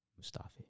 Mustafi